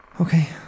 Okay